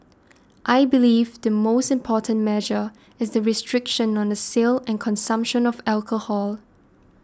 I believe the most important measure is the restriction on the sale and consumption of alcohol